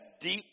deep